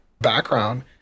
background